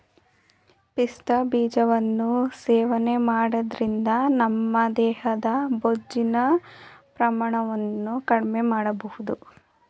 ಪಿಸ್ತಾ ಬೀಜಗಳನ್ನು ಸೇವನೆ ಮಾಡೋದ್ರಿಂದ ನಮ್ಮ ದೇಹದ ಬೊಜ್ಜಿನ ಪ್ರಮಾಣವನ್ನು ಕಡ್ಮೆಮಾಡ್ಬೋದು